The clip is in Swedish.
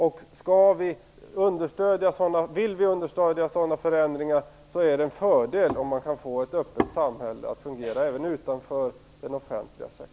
Vill vi understödja sådana förändringar är det en fördel om vi kan få ett öppet samhälle att fungera även utanför den offentliga sektorn.